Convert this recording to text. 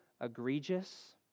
egregious